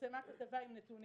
התפרסמה כתבה עם נתונים.